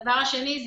השנייה,